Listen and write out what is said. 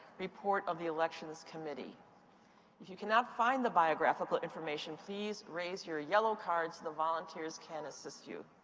report of the elections committee. if you cannot find the biographical information, please raise your yellow card so the volunteers can assist you.